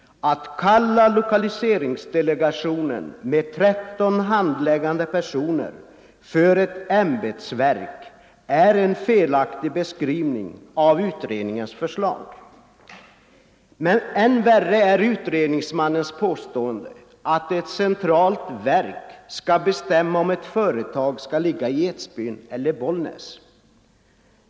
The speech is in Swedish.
Att kalla lokaliseringsdelegationen med 13 handläggande personer för ett ämbetsverk är en felaktig beskrivning av utredningens förslag. Men än värre är utredningsmannens påstående att ett centralt verk skall bestämma om ett företag skall ligga i Edsbyn eller Bollnäs.